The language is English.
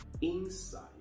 inside